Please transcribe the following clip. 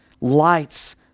lights